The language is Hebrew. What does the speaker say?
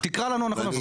תקרא לנו אנחנו נבוא.